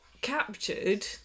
captured